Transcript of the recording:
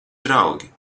draugi